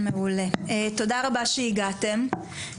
מעולה, תודה רבה שהגעתם.